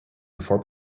before